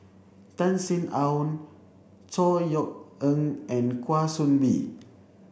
Tan Sin Aun Chor Yeok Eng and Kwa Soon Bee